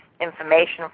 information